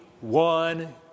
one